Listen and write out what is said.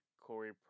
Corey